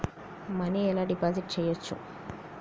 Money ఎలా deposit చేయచ్చు?